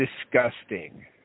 disgusting